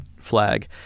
flag